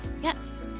yes